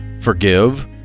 forgive